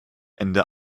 ende